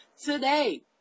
today